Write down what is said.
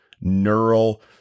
neural